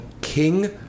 King